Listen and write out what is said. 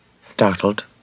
Startled